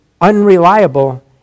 unreliable